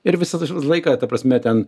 ir visą laiką ta prasme ten